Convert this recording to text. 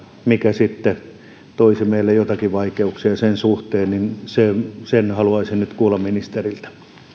mikä toisi meille joitakin vaikeuksia sen suhteen sen haluaisin nyt kuulla ministeriltä